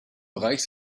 bereich